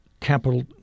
capital